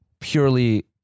purely